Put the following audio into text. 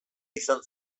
izan